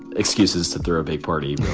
excuses to throw a party.